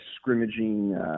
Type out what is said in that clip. scrimmaging